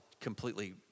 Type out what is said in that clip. completely